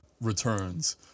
returns